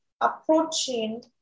approaching